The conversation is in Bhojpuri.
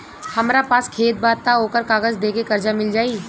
हमरा पास खेत बा त ओकर कागज दे के कर्जा मिल जाई?